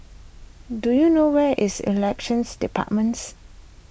do you know where is Elections Departments